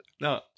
No